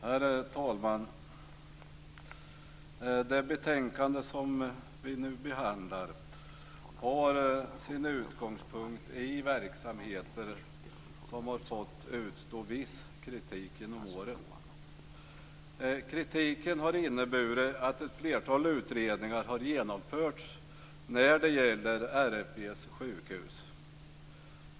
Herr talman! Det betänkande som vi nu behandlar har sin utgångspunkt i verksamheter som har fått utstå viss kritik genom åren. Kritiken har inneburit att ett flertal utredningar har genomförts när det gäller RFV:s sjukhus.